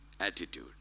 attitude